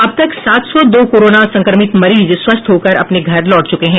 अब तक सात सौ दो कोरोना संक्रमित मरीज स्वस्थ होकर अपने घर लौट चुके हैं